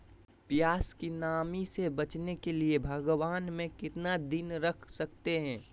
प्यास की नामी से बचने के लिए भगवान में कितना दिन रख सकते हैं?